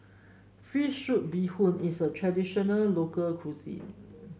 fish soup Bee Hoon is a traditional local cuisine